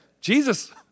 Jesus